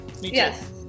Yes